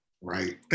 right